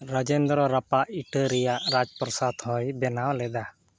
ᱨᱟᱡᱮᱱᱫᱨᱚ ᱨᱟᱯᱟᱜ ᱤᱴᱟᱹ ᱨᱮᱭᱟᱜ ᱨᱟᱡᱽ ᱯᱨᱚᱥᱟᱫ ᱦᱚᱸᱭ ᱵᱮᱱᱟᱣ ᱞᱮᱫᱟ